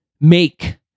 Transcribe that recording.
Make